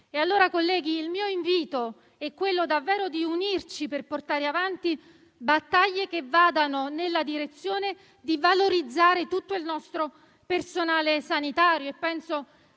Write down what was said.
invito, colleghi, è allora davvero quello di unirci per portare avanti battaglie che vadano nella direzione di valorizzare tutto il nostro personale sanitario